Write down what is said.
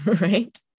right